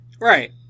Right